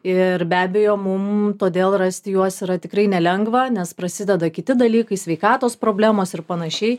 ir be abejo mum todėl rasti juos yra tikrai nelengva nes prasideda kiti dalykai sveikatos problemos ir panašiai